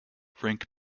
frank